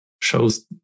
shows